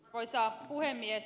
arvoisa puhemies